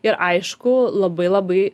ir aišku labai labai